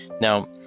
Now